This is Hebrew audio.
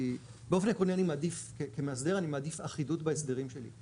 כי באופן עקרוני כמאסדר אני מעדיף אחידות בהסדרים שלי.